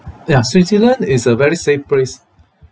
ya switzerland is a very safe place